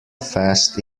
fast